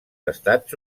estats